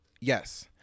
Yes